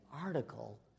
article